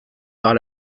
par